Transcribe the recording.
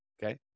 Okay